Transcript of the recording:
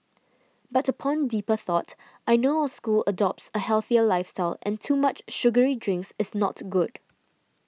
but upon deeper thought I know our school adopts a healthier lifestyle and too much sugary drinks is not good